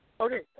Okay